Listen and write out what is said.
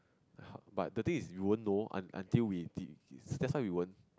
h~ but the things is you won't know un~ until we did is his that's why you won't